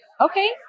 Okay